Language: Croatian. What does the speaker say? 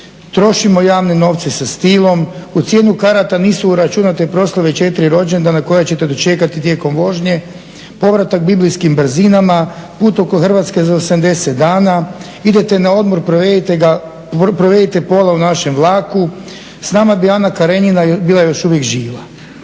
"Trošimo javne novce sa stilom.", "U cijenu karata nisu uračunate proslave četiri rođendan koja ćete dočekati tijekom vožnje.", "Povratak biblijskim brzinama.", "Put oko Hrvatske za 80 dana.", "Idete na odmor, provedite pola u našem vlaku.", "S nama bi Ana Karenjina bila još uvijek živa."